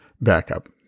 backup